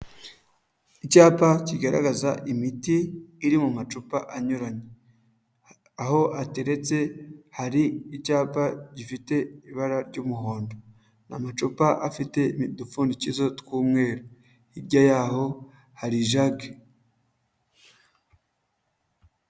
Icyapa kigaragaza imiti iri mu macupa anyuranye, aho ateretse hari icyapa gifite ibara ry'umuhondo, ni amacupa afite udupfundikizo tw'umweru, hirya y'aho hari ijage.